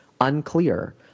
unclear